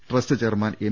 trust chairman M